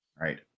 right